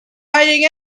hiding